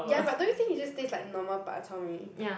ya but don't you think it just taste like normal Bak Chor Mee